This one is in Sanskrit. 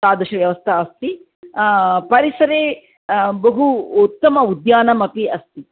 तादृशव्यवस्था अस्ति परिसरे बहु उत्तम उद्यानमपि अस्ति